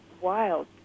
wild